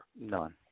None